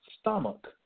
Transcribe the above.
Stomach